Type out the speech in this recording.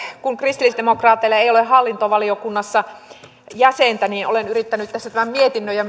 kun kristillisdemokraateilla ei ole hallintovaliokunnassa jäsentä niin olen yrittänyt tässä tämän mietinnön ja